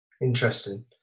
Interesting